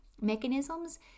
mechanisms